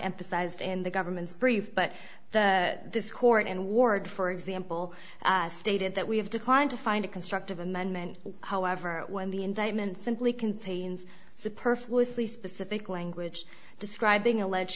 emphasized in the government's brief but that this court and ward for example stated that we have declined to find a constructive amendment however when the indictment simply contains superfluously specific language describing alleged